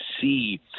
see